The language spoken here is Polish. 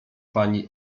pani